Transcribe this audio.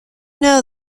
know